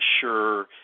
sure